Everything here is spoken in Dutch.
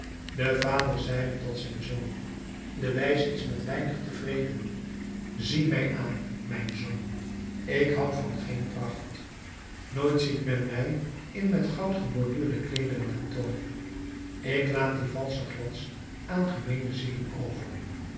de vader zeide tot den zoon de wijze is met weinig tevreden zie mij aan mijn zoon ik houd van geen pracht nooit ziet men mij in met goud geborduurde kleederen en tooi ik laat dien valschen glans aan gemeene zielen over